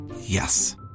Yes